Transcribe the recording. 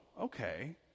okay